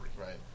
Right